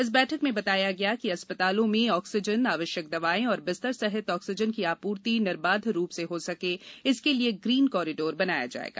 इस बैठक में बताया गया कि अस्वपतालों में ऑक्सीजन आवश्यक दवाएं और बिस्तर सहित ऑक्सीजन की आपूर्ति निर्बाध रूप से हो सके इसके लिये ग्रीन कॉरिडोर बनाया जाएगा